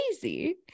crazy